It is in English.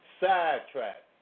sidetrack